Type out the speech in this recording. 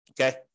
Okay